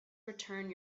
return